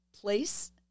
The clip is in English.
place